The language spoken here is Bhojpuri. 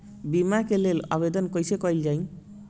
बीमा के लेल आवेदन कैसे कयील जाइ?